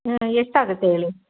ಎಷ್ಟಾಗತ್ತೆ ಹೇಳಿ